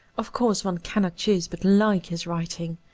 of course one cannot choose but like his writing.